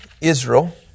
Israel